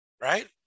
right